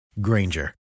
Granger